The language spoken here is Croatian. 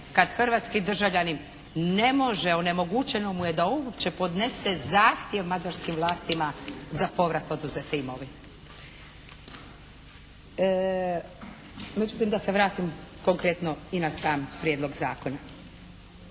kad hrvatski državljanin ne može, onemogućeno mu je da uopće podnese zahtjev mađarskim vlastima za povrat oduzete imovine. Međutim, da se vratim konkretno i na sam Prijedlog zakona.